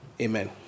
Amen